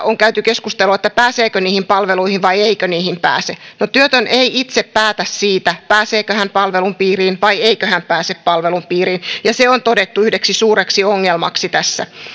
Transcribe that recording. on käyty keskustelua pääseekö niihin palveluihin vai eikö niihin pääse no työtön ei itse päätä siitä pääseekö hän palvelun piiriin vai eikö hän pääse palvelun piiriin ja se on todettu yhdeksi suureksi ongelmaksi tässä